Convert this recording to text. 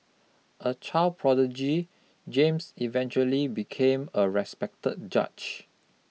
a child prodigy James eventually became a respected judge